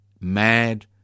mad